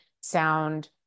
sound